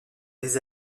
des